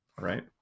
right